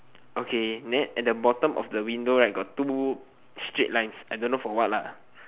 okay then at the bottom of the window right got two straight lines I don't know from what lah